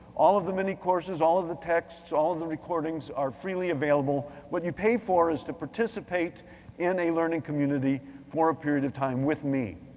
all of the mini-courses, all of the texts, all of the recordings are freely available. what you pay for is to participate in a learning community for a period of time with me.